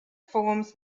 forms